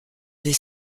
des